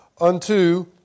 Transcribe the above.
unto